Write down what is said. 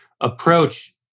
approach